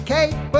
Kate